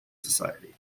society